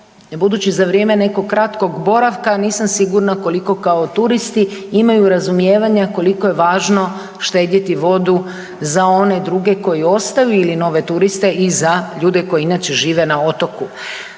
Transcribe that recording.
budući za vrijeme nekog kratkog boravka nisam sigurna koliko kao turisti imaju razumijevanja koliko je važno štedjeti vodu za one druge koji ostaju ili nove turiste i za ljude koji inače žive na otoku.